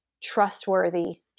trustworthy